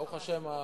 ברוך השם,